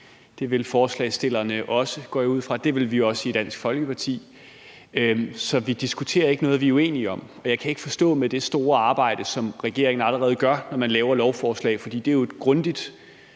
det vil forslagsstillerne også, går jeg ud fra, og det vil vi også i Dansk Folkeparti. Så vi diskuterer ikke noget, vi er uenige om. Jeg kan ikke forstå med det store arbejde, som regeringen allerede gør, når man laver lovforslag – for det er jo et grundigt,